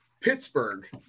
Pittsburgh